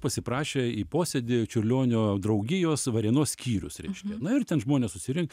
pasiprašė į posėdį čiurlionio draugijos varėnos skyrius reiškia na ir ten žmonės susirin